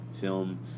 Film